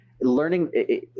learning